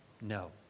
No